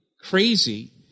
crazy